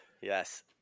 yes